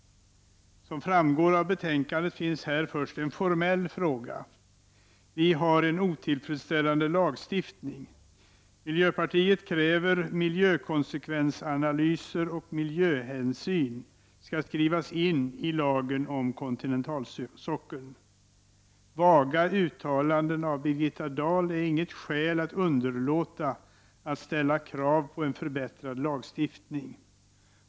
Som framgår av betänkandet finns här först en formell fråga. Vi har en otillfredsställande lagstiftning. Miljöpartiet kräver att miljökonsekvensanalyser och miljöhänsyn skall skrivas in i lagen om kontinentalsockeln. Vaga uttalanden av Birgitta Dahl är inget skäl för att underlåta att ställa krav på en förbättrad lagstiftning.